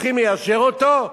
צריכים ליישר אותו,